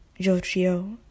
Giorgio